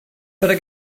better